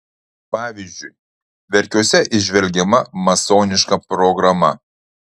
pavyzdžiui verkiuose įžvelgiama masoniška programa